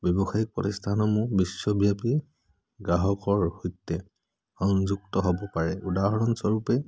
ব্যৱসায়িক প্ৰতিষ্ঠানসমূহ বিশ্বব্যাপী গ্ৰাহকৰ সৈতে সংযুক্ত হ'ব পাৰে উদাহৰণস্বৰূপে